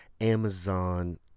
Amazon